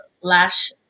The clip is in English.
lash